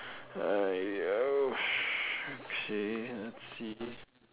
!aiyo! okay let's see